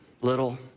little